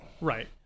Right